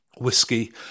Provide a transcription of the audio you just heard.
whiskey